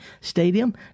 stadium